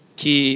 que